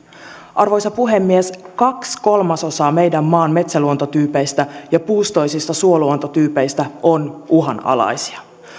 arvoisa puhemies kaksi kolmasosaa meidän maan metsäluontotyypeistä ja puustoisista suoluontotyypeistä on uhanalaisia